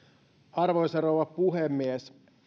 arvoisa rouva puhemies